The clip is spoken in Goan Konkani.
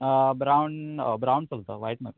ब्रावन ब्रावन चलता वायट नाक